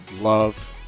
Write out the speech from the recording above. love